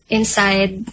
Inside